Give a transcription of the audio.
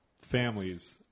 families